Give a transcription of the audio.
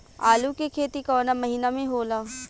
आलू के खेती कवना महीना में होला?